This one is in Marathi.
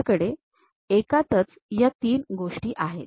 आपल्याकडे एकातच तीन गोष्टी आहेत